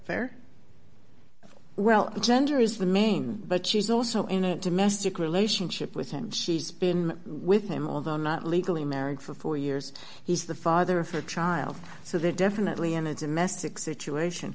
fair well gender is the main but she's also in a domestic relationship with him she's been with him although not legally married for four years he's the father of her child so they're definitely in a domestic situation